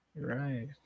Right